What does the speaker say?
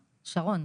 שרון.